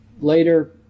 Later